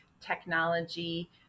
technology